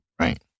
Right